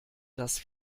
das